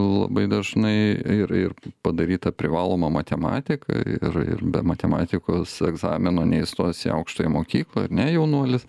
labai dažnai ir ir padaryta privaloma matematika ir ir be matematikos egzamino neįstos į aukštąją mokyklą ar ne jaunuolis